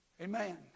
Amen